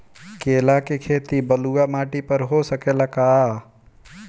केला के खेती बलुआ माटी पर हो सकेला का?